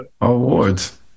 Awards